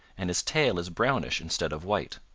and his tail is brownish instead of white.